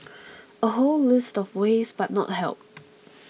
a whole list of ways but not help